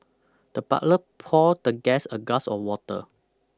the butler poured the guest a glass of water